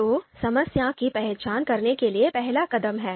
तो समस्या की पहचान करने के लिए पहला कदम है